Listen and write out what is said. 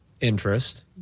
interest